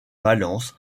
valence